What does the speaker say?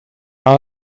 are